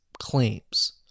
claims